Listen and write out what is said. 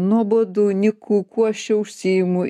nuobodu nyku kuo aš čia užsiimu